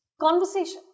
conversation